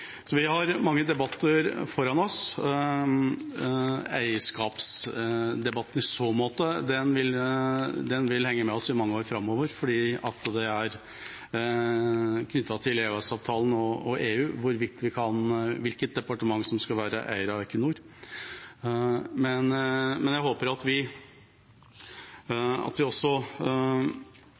Vi har mange debatter foran oss. Eierskapsdebatten vil i så måte henge med oss i mange år framover fordi det er knyttet til EØS-avtalen og EU hvilket departement som skal være eier av Equinor. Jeg håper at vi særlig retter fokuset inn mot hvilke typer teknologi og hva vi